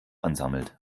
ansammelt